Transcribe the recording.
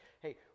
hey